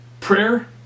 prayer